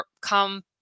come